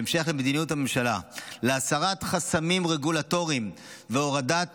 בהמשך למדיניות הממשלה להסרת חסמים רגולטוריים והורדת